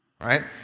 Right